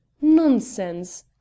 Nonsense